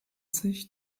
sich